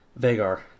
Vagar